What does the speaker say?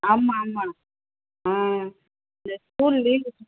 ஆமாம் ஆமாம் ஆ இந்த ஸ்கூல் லீவு